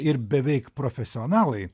ir beveik profesionalai